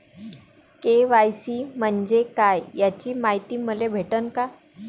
KYC म्हंजे काय त्याची मायती मले भेटन का?